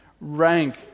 rank